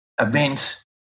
event